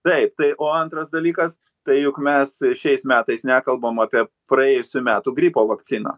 taip tai o antras dalykas tai juk mes šiais metais nekalbam apie praėjusių metų gripo vakciną